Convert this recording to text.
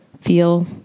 feel